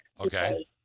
Okay